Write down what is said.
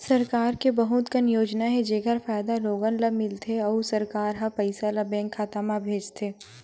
सरकार के बहुत कन योजना हे जेखर फायदा लोगन ल मिलथे अउ सरकार ह पइसा ल बेंक खाता म भेजथे